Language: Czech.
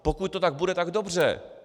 Pokud to tak bude, tak dobře.